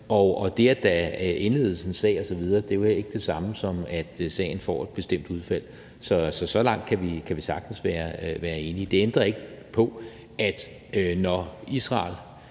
at det, at der indledes en sag osv., jo heller ikke er det samme, som at sagen får et bestemt udfald. Så langt kan vi sagtens være enige. Det ændrer ikke på, at når Israel